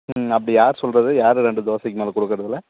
ம் அப்படி யார் சொல்கிறது யார் அது அந்தத் தோசைக்கு மாவு கொடுக்கறதில்ல